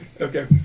Okay